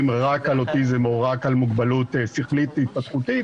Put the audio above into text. רק על אוטיזם או רק על מוגבלות שכלית והתפתחותית,